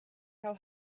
how